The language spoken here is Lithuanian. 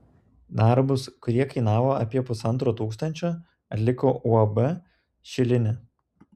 darbus kurie kainavo apie pusantro tūkstančio atliko uab šilinė